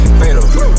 fatal